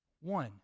One